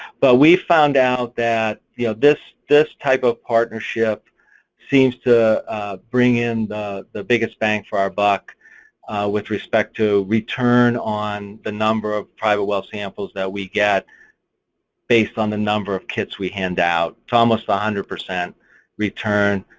but we found out that you know this this type of partnership seems to bring in the biggest bang for our buck with respect to return on the number of private well samples that we get based on the number of kits we hand out it's almost one ah hundred percent return,